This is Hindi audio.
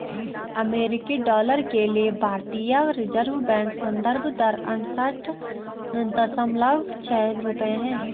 अमेरिकी डॉलर के लिए भारतीय रिज़र्व बैंक संदर्भ दर अड़सठ दशमलव छह रुपये है